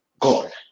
God